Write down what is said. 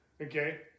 Okay